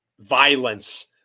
violence